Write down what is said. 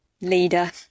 leader